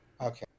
Okay